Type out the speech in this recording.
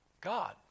God